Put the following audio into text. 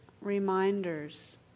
reminders